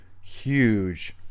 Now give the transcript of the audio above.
huge